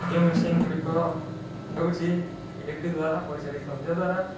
ଯେଉଁ ମେସିନ୍ଗୁଡ଼ିକ ହେଉଛି ଇଲେକ୍ଟ୍ରିଦ୍ୱାରା ପରିଚାଳିତ ଯତ୍ଦ୍ଵାରା